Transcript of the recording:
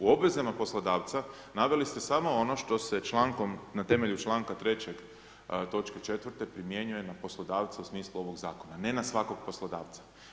U obvezama poslodavca, naveli ste samo ono što se člankom, na temelju članaka 3. točke 4. primjenjuje na poslodavca u smislu ovog zakona, ne na svakog poslodavca.